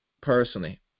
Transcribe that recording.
personally